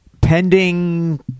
pending